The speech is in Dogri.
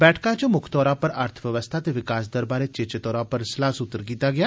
बैठका च मुक्ख तौरा अर्थव्यवस्था ते विकास दर बारे चेते तौरा पर सलाह्सूत्र कीता गेआ